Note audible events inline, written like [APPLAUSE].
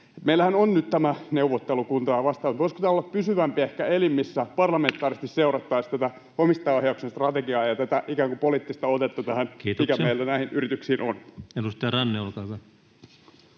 Meillähän on nyt tämä neuvottelukunta ja vastaavaa. Voisiko tämä olla pysyvämpi, [NOISE] ehkä elimissä parlamentaarisesti seurattaisiin tätä omistajaohjauksen strategiaa ja ikään kuin poliittista otetta, [Puhemies: Kiitoksia!] mikä meillä näihin yrityksiin on? Edustaja Ranne, olkaa hyvä.